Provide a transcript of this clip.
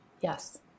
Yes